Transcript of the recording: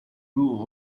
rule